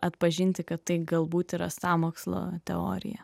atpažinti kad tai galbūt yra sąmokslo teorija